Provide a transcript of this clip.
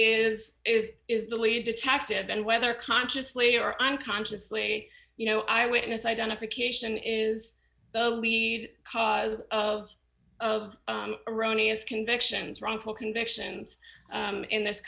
is is is the lead detective and whether consciously or unconsciously you know i witness identification is the lead cause of of erroneous convictions wrongful convictions in this